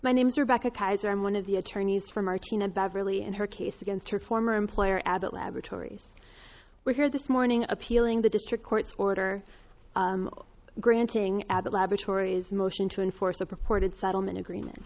my name's rebecca kaiser i'm one of the attorneys for martina beverley in her case against her former employer abbott laboratories were here this morning appealing the district court's order granting abbott laboratories motion to enforce a purported settlement agreement